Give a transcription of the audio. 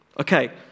Okay